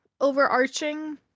overarching